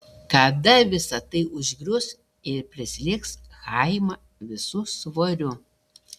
kada visa tai užgrius ir prislėgs chaimą visu svoriu